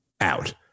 out